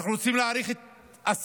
אנחנו רוצים להאריך את הסדיר.